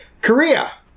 Korea